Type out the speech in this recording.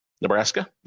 Nebraska